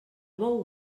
bou